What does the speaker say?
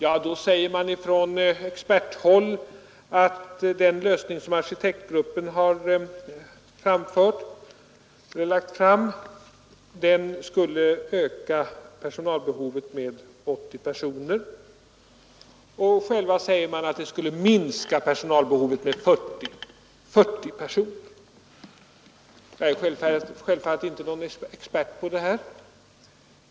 Från experthåll säger man att den lösning som arkitektgruppen lagt fram skulle öka personalbehovet med 80 personer. Själva säger man att den skulle minska personalbehovet med 40 personer. Jag är självfallet inte någon expert på det här.